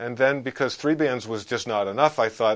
and then because three bands was just not enough i thought